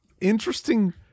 interesting